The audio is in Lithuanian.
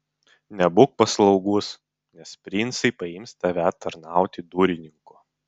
nebūk paslaugus nes princai paims tave tarnauti durininku